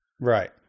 Right